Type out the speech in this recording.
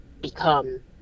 become